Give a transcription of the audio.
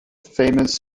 famous